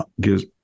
gives